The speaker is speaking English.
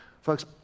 Folks